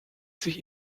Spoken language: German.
sich